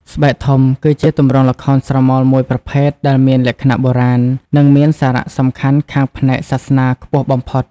ស្បែកធំ គឺជាទម្រង់ល្ខោនស្រមោលមួយប្រភេទដែលមានលក្ខណៈបុរាណ និងមានសារៈសំខាន់ខាងផ្នែកសាសនាខ្ពស់បំផុត។